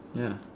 ya